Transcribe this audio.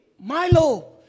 Milo